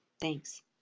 Thanks